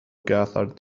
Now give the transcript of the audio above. gathered